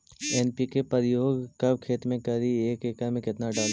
NPK प्रयोग कब खेत मे करि एक एकड़ मे कितना डाली?